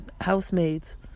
housemaids